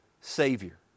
Savior